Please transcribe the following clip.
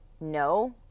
no